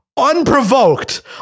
unprovoked